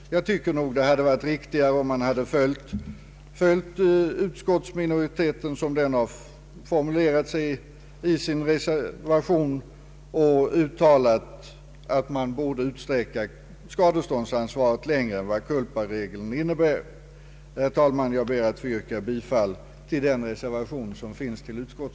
Enligt min mening vore det riktigare om riksdagen följde utskottsminoritetens formulering i reservationen att skadeståndsansvaret bör utsträckas längre än vad culparegeln innebär. Herr talman! Jag ber att få yrka bifall till reservation 1.